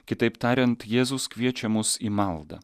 kitaip tariant jėzus kviečia mus į maldą